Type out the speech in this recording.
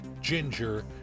ginger